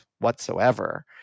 whatsoever